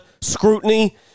scrutiny